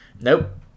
nope